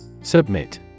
Submit